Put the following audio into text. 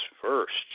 first